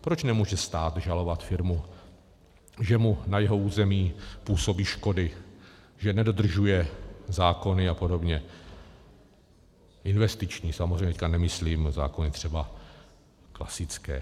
Proč nemůže stát žalovat firmu, že mu na jeho území působí škody, že nedodržuje zákony apod., investiční samozřejmě, teď nemyslím zákony třeba klasické.